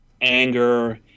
anger